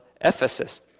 Ephesus